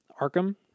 Arkham